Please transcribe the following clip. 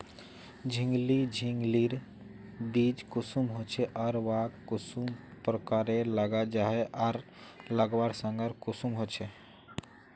झिंगली झिंग लिर बीज कुंसम होचे आर वाहक कुंसम प्रकारेर लगा जाहा आर लगवार संगकर कुंसम होचे?